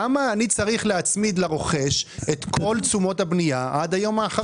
למה אני צריך להצמיד לרוכש את כל תשומות הבנייה עד היום האחרון?